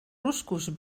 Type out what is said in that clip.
ruscos